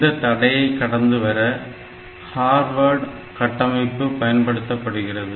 இந்தத் தடையை கடந்து வர ஹார்வார்ட் கட்டமைப்பு பயன்படுத்தப்படுகிறது